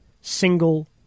single